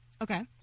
Okay